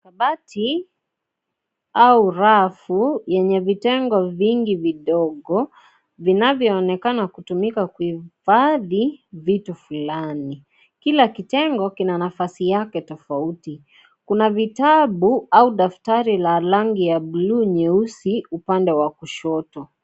Kabati au rafu yenye vitengo vingi vidogo vinavyoonekana kuhifadhi vitu fulani .kila kitengo kina nafasi yake tofauti kuna vitabu au daftari la rangi ya bluu Kwa mkononwa kushoto.